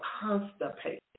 constipated